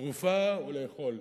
תרופה או לאכול,